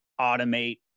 automate